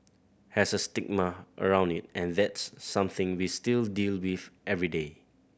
has a stigma around it and that's something we still deal with every day